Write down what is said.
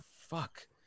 fuck